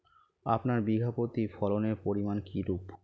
আপনার বিঘা প্রতি ফলনের পরিমান কীরূপ?